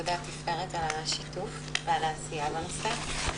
תודה, תפארת, על השיתוף ועל העשייה בנושא.